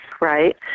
right